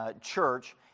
church